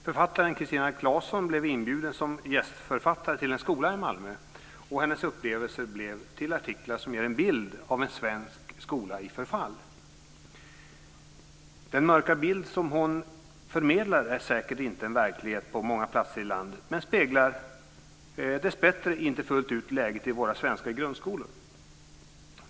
Författaren Christina Classon blev inbjuden som gästförfattare till en skola i Malmö och hennes upplevelser blev till artiklar som ger en bild av en svensk skola i förfall. Den mörka bild som hon förmedlar är säkert en verklighet på många platser i landet men speglar dessbättre inte fullt ut läget i våra svenska grundskolor.